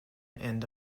end